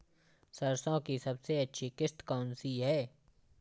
सरसो की सबसे अच्छी किश्त कौन सी है?